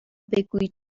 بگویید